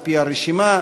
על-פי הרשימה.